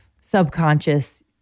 subconscious